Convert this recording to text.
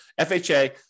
FHA